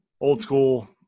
old-school –